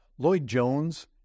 Lloyd-Jones